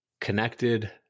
connected